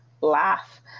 laugh